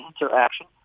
interaction